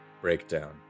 Breakdown